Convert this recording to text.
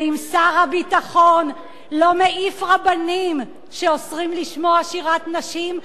ואם שר הביטחון לא מעיף רבנים שאוסרים לשמוע שירת נשים,